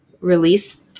release